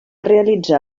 realitzar